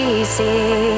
easy